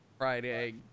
Friday